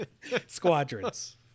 Squadrons